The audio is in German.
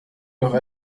doch